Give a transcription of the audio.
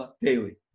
Daily